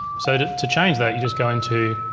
so to to change that you just go into